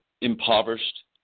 impoverished